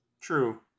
True